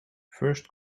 first